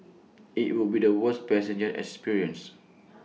IT would be the worst passenger experience